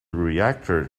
reactor